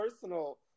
personal